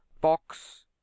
box